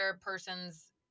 person's